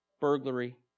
burglary